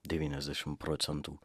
devyniasdešimt procentų